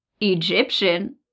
Egyptian